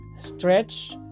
stretch